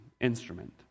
instrument